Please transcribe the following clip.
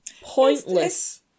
pointless